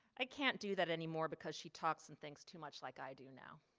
i can't do that anymore because she talks and things too much like i do now.